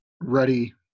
ready